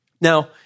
Now